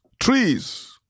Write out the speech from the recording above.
trees